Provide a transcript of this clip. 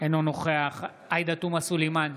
אינו נוכח עאידה תומא סלימאן,